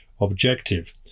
objective